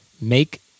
Make